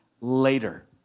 later